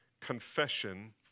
confession